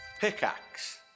Pickaxe